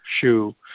shoe